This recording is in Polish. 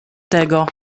tego